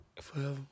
forever